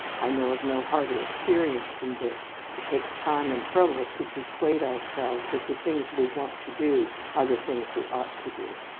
i know of no harder experience than this. it takes time and trouble to persuade ourselves that the things we want to do are the things we ought to do.